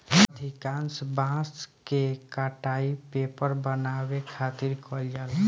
अधिकांश बांस के कटाई पेपर बनावे खातिर कईल जाला